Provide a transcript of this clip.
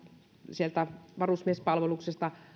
sieltä varusmiespalveluksesta